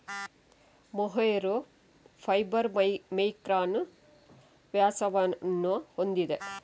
mohair fibre micron ವ್ಯಾಸವನ್ನು ಹೊಂದಿದೆ